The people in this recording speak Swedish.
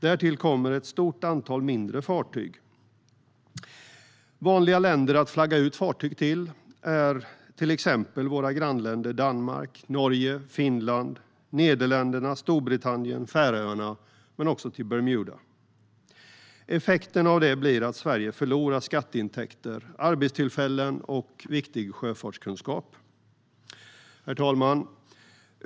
Därtill kommer ett stort antal mindre fartyg. Vanliga länder att flagga ut fartyg till är till exempel våra grannländer Danmark, Norge och Finland och även till Nederländerna, Storbritannien, Färöarna och Bermuda. Effekten av detta blir att Sverige förlorar skatteintäkter, arbetstillfällen och viktig sjöfartskunskap. Herr talman!